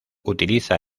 utiliza